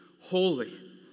holy